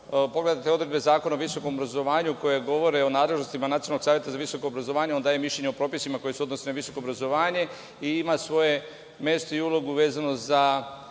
pogledate odredbe Zakona o visokom obrazovanju koje govore o nadležnostima Nacionalnog saveta za visoko obrazovanje, on daje mišljenja o propisima koji se odnose na visoko obrazovanje i ima svoje mesto i ulogu vezano za